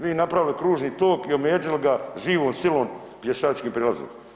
Vi napravili kružni tok i omeđili ga živom silom pješačkim prijelazom.